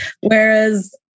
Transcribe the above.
Whereas